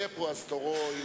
לפחות מ-20 השנים שלי פה,